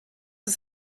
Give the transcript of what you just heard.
ist